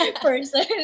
person